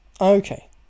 Okay